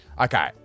okay